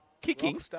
Kicking